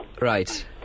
Right